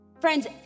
Friends